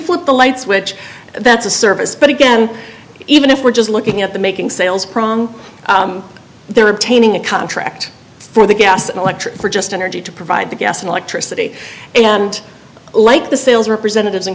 flip the light switch that's a service but again even if we're just looking at the making sales problem there obtaining a contract for the gas and electric for just energy to provide the gas and electricity and like the sales representatives and